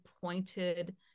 pointed